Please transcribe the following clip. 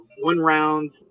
one-round